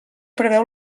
preveu